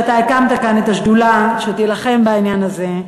שהקמת את השדולה שתילחם בעניין הזה,